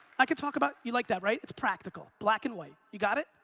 i could talk about. you like that, right? it's practical. black and white. you got it?